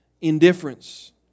indifference